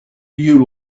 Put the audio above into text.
you